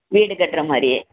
வீடு கட்டுற மாதிரி